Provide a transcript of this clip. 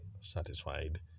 satisfied